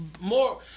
more